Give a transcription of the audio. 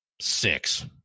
six